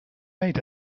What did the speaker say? made